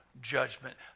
judgment